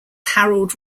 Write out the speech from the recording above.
harold